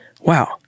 wow